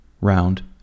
round